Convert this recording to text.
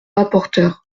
rapporteur